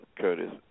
Curtis